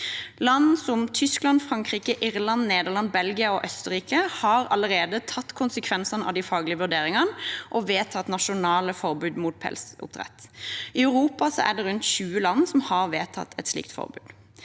Land som Tyskland, Frankrike, Irland, Nederland, Belgia og Østerrike har allerede tatt konsekvensen av de faglige vurderingene og vedtatt nasjonale forbud mot pelsdyroppdrett. I Europa er det rundt 20 land som har vedtatt et slikt forbud.